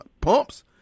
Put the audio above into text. pumps